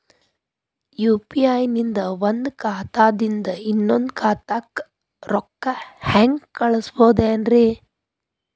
UPI ನಿಂದ ಒಂದ್ ಖಾತಾದಿಂದ ಇನ್ನೊಂದು ಖಾತಾಕ್ಕ ರೊಕ್ಕ ಹೆಂಗ್ ಕಳಸ್ಬೋದೇನ್ರಿ?